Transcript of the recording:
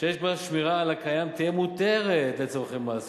שיש בה שמירה על הקיים, תהיה מותרת לצורכי מס.